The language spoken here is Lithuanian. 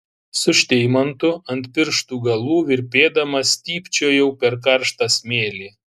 su šteimantu ant pirštų galų virpėdama stypčiojau per karštą smėlį